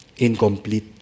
Incomplete